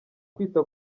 kwita